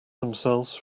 themselves